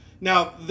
Now